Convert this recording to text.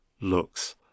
looks